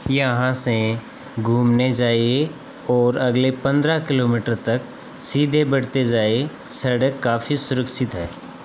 यहाँ से घूमने जाइए और अगले पंद्रह किलोमीटर तक सीधे बढ़ते जाएँ सड़क काफी सुरक्षित है